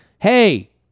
hey